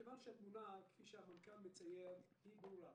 מכיוון שהתמונה כפי שהמנכ"ל מצייר היא ברורה,